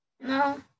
No